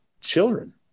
children